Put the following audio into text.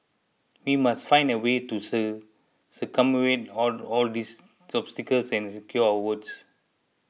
we must find a way to sir circumvent all all these obstacles and secure our votes